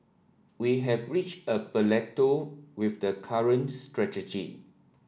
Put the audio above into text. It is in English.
we have reached a plateau with the current strategy